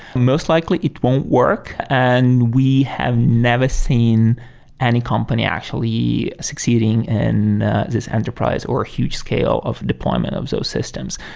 most likely it won't work and we have never seen any company actually succeeding in this enterprise or a huge scale of deployment of those systems.